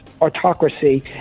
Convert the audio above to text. autocracy